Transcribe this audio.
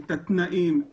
את התנאים,